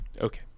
Okay